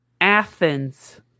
Athens